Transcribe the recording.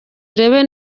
urebe